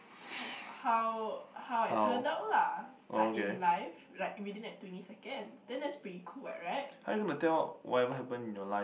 how how how I turn out lah like in life like within that twenty seconds then that's pretty cool right